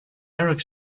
erik